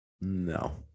no